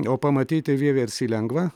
o pamatyti vieversį lengva